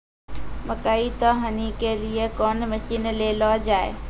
मकई तो हनी के लिए कौन मसीन ले लो जाए?